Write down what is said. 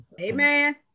amen